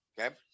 Okay